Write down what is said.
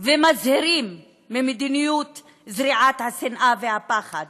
ומזהירים ממדיניות זריעת השנאה והפחד